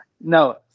No